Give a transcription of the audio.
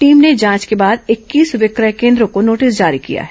team ने जांच के बाद इक्कीस विक्रय केन्द्रों को नोटिस जारी किया है